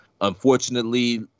unfortunately